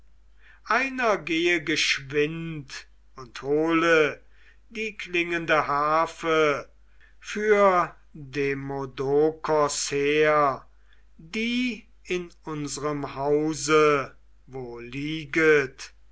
einer gehe geschwind und hole die klingende harfe für demodokos her die in unserem hause wo lieget